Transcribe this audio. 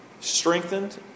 strengthened